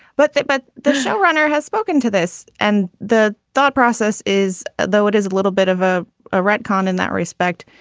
but but the showrunner has spoken to this. and the thought process is, though, it is a little bit of ah a retcon in that respect.